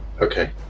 Okay